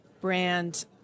brand